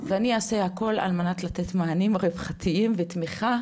ואני אעשה הכול על מנת לתת מענים רווחתיים ותמיכה